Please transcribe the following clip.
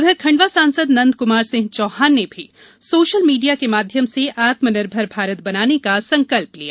उधर खंडवा सांसद नंद कुमार सिंह चौहान ने भी सोशल मीडिया के माध्यम से आत्मनिर्भर भारत बनाने का संकल्प लिया